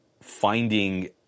finding